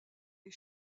des